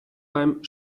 beim